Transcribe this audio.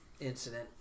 incident